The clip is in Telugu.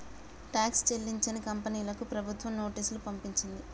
ట్యాక్స్ చెల్లించని కంపెనీలకు ప్రభుత్వం నోటీసులు పంపించింది